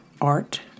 art